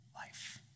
Life